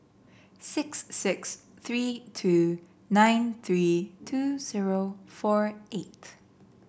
six six three two nine three two zero four eight